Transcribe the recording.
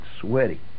sweaty